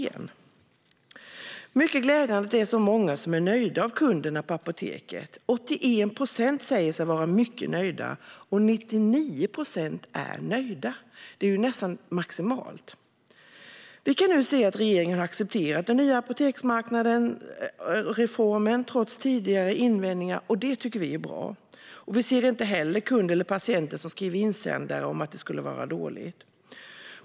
Det är mycket glädjande att det är så många av kunderna på apoteken som är nöjda. 81 procent säger sig vara mycket nöjda, och 99 procent är nöjda. Det är nästan maximalt. Vi kan nu se att regeringen har accepterat den nya apoteksreformen, trots tidigare invändningar. Det tycker vi är bra. Vi ser inte heller kunder eller patienter som skriver insändare om att det skulle vara dåligt.